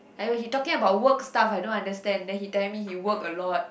!aiyo! he talking about work stuff I don't understand then he tell me he work a lot